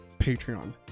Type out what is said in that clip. patreon